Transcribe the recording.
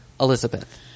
Elizabeth